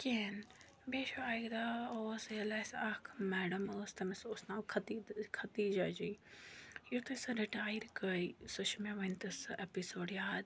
کِہیٖنۍ بیٚیہ چھُ اَکہِ دۄہ اوس ییٚلہِ اسہِ اَکھ میڈَم ٲس تٔمِس اوس ناو خدیجہ جی یُتھُے سۄ رِٹایَر گٔے سُہ چھِ مےٚ وُنہِ تہ سُہ ایٚپِسوڈ یاد